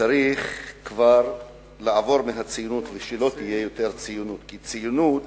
שצריך לעבור מהציונות ושלא תהיה יותר ציונות כי הציונות